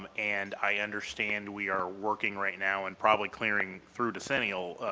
um and i understand we are working right now and probably clearing through decennial